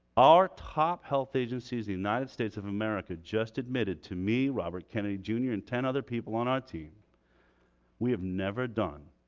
our top health agencies the united states of america just admitted to me robert kennedy jr. and ten other people on our team we have never done